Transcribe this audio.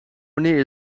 wanneer